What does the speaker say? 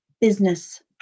business